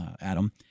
Adam